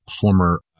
former